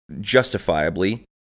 justifiably